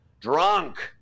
drunk